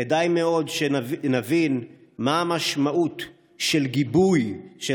כדאי מאוד שנבין מה המשמעות של גיבוי של